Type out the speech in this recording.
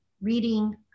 reading